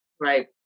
right